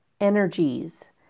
energies